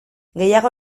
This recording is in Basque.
gehiago